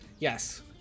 Yes